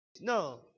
No